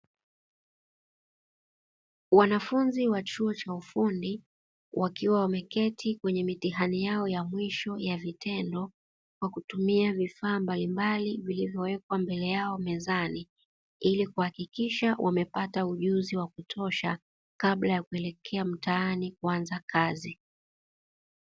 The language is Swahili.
Wanafunzi wa chuo cha ufundi, wakiwa wameketi kwenye mitihani yao ya mwisho ya vitendo kwa kutumia vifaa mbalimbali vilivyowekwa mbele yao mezani ili kuhakikisha .